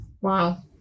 Wow